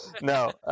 No